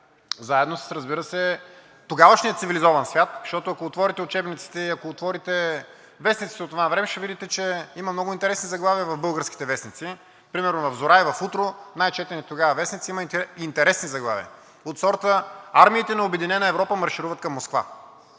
заедно, разбира се, с тогавашния цивилизован свят, защото, ако отворите учебниците, ако отворите вестниците от онова време, ще видите, че има много интересни заглавия в българските вестници. Примерно в „Зора“ и в „Утро“, най-четените тогава вестници, има интересни заглавия от сорта: „Армиите на Обединена Европа маршируват към Москва“.